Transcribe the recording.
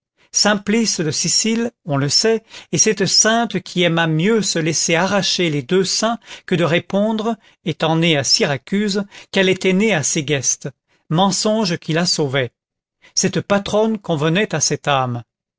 de sicile on le sait est cette sainte qui aima mieux se laisser arracher les deux seins que de répondre étant née à syracuse qu'elle était née à ségeste mensonge qui la sauvait cette patronne convenait à cette âme